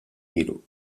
ilu